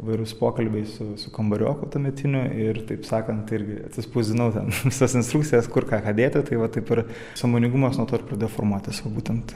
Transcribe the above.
įvairūs pokalbiai su su kambarioku tuometiniu ir taip sakant irgi atsispausdinau ten visas instrukcijas kur ką ką dėti tai va taip ir sąmoningumas nuo to ir pradėjo formuotis būtent